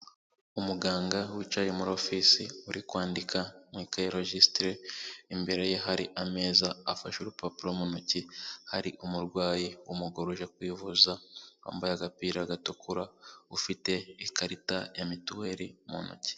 Umuganga wicaye mu ofisi uri kwandika mu ikayi ya rojisitire, imbere ye hari ameza, afashe urupapuro mu ntoki hari umurwayi w'umugore uje kwivuza, wambaye agapira gatukura, ufite ikarita ya Mituweli mu ntoki.